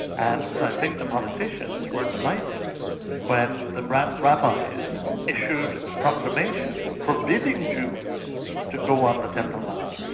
and i think the politicians were delighted when the grand rabbis issued a proclamation forbidding jews to go on the temple mount,